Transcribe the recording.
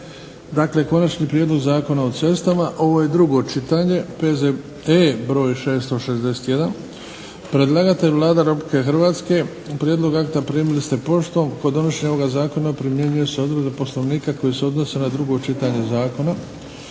Dakle, - Konačni prijedlog Zakona o cestama, drugo čitanje, P.Z.E. br. 661 Predlagatelj Vlada Republike Hrvatske. Prijedlog akta primili ste poštom. Kod donošenja ovoga zakona primjenjuje se odredba Poslovnika koja se odnosi na drugo čitanje zakona.